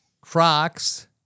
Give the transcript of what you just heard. Crocs